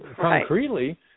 concretely